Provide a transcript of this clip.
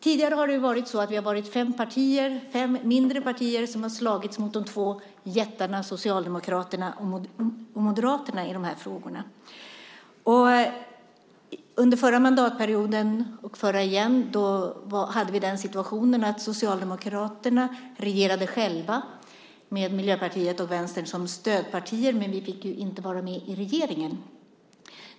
Tidigare har vi varit fem mindre partier som har slagits mot de två jättarna Socialdemokraterna och Moderaterna i de här frågorna. Under förra mandatperioden och den dessförinnan hade vi situationen att Socialdemokraterna regerade själva med Miljöpartiet och Vänsterpartiet som stödpartier, men vi fick ju inte vara med i regeringen.